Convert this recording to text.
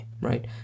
right